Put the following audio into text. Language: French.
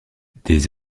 des